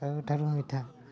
ସବୁଠାରୁ ମିଠା